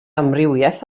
amrywiaeth